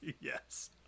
Yes